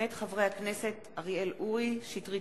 מאת חברי הכנסת אילן גילאון,